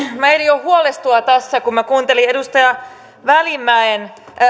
ehdin jo huolestua tässä kun kuuntelin edustaja